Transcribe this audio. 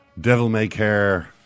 devil-may-care